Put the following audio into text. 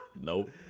nope